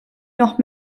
noch